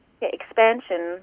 expansion